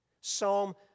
Psalm